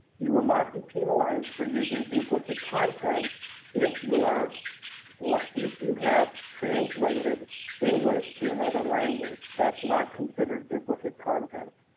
you will not be penalized for using duplicate content if your n if you have translated english to another language. thatis not considered duplicate content.